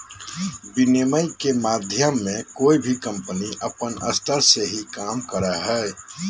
विनिमय के माध्यम मे कोय भी कम्पनी अपन स्तर से ही काम करो हय